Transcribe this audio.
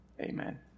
Amen